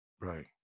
Right